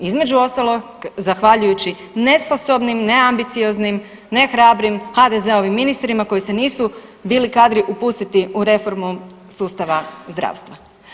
Između ostalog, zahvaljujući nesposobnim, neambicioznim, nehrabrim HDZ-ovim ministrima koji se nisu bili kadri upustiti u reformu sustava zdravstva.